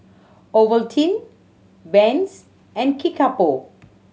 Ovaltine Vans and Kickapoo